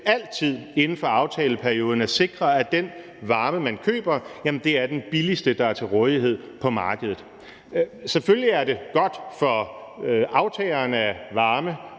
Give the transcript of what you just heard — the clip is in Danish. til inden for aftaleperioden altid at sikre, at den varme, man køber, er den billigste, der er til rådighed på markedet. Selvfølgelig er det godt for aftageren af varme